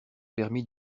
permis